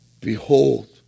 Behold